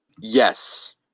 Yes